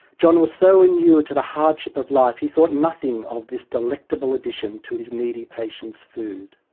john was so inured to the hardship of life he thought nothing of this delectable addition to his needy patients' food.